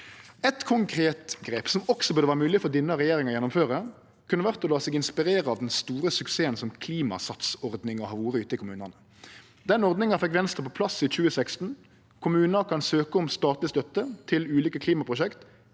Eitt konkret grep som også burde vere mogleg for denne regjeringa å gjennomføre, kunne ha vore å la seg inspirere av den store suksessen som Klimasats-ordninga har vore ute i kommunane. Den ordninga fekk Venstre på plass i 2016. Kommunar kan søkje om statleg støtte til ulike klimaprosjekt